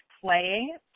Playing